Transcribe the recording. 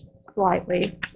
slightly